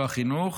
לא החינוך,